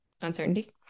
uncertainty